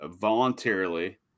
voluntarily